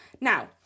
now